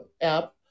app